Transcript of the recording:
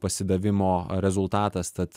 pasidavimo rezultatas tad